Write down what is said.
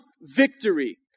victory